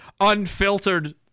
unfiltered